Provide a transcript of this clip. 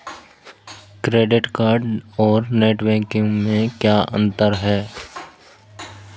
Credit card और debit card में क्या अंतर है?